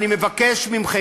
אני מבקש מכם,